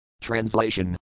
Translation